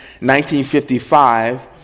1955